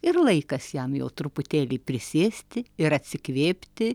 ir laikas jam jau truputėlį prisėsti ir atsikvėpti